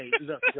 look